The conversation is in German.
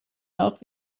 nach